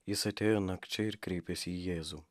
jis atėjo nakčia ir kreipėsi į jėzų